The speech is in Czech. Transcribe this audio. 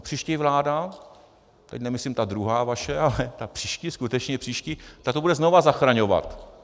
Příští vláda, teď nemyslím ta druhá vaše, ale ta příští, skutečně příští, ta to bude znovu zachraňovat.